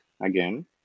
again